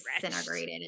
disintegrated